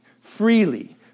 Freely